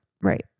Right